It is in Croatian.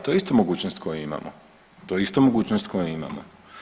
To je isto mogućnost koju imamo, to je isto mogućnost koju imamo.